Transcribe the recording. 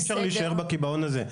אי אפשר להישאר בקיבעון הזה,